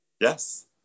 Yes